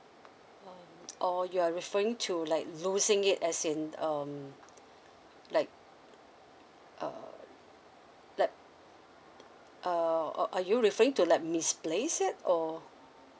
or you are referring to like losing it as in um like uh like uh or are you referring to like misplace it or